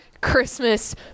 Christmas